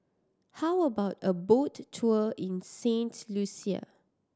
how about a boat tour in Saint Lucia